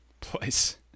place